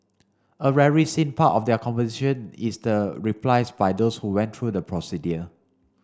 a seen part of their conversation is the replies by those who went through the procedure